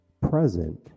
present